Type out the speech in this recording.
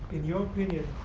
and your opinion,